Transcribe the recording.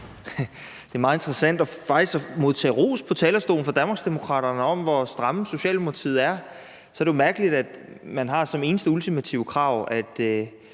Det er meget interessant faktisk at modtage ros fra talerstolen fra Danmarksdemokraterne for, hvor stramme Socialdemokratiet er. Så er det jo mærkeligt, at man som eneste ultimative krav